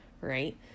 right